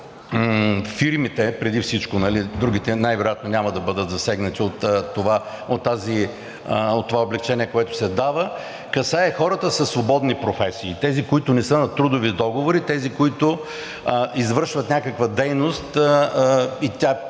микрофирмите преди всичко, другите най вероятно няма да бъдат засегнати от това облекчение, което се дава, касае хората със свободни професии – тези, които не са на трудови договори, тези, които извършват някаква дейност и тя